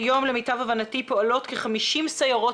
כיום למיטב הבנתי פועלות כ-50 סיירות